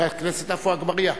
חבר הכנסת עפו אגבאריה,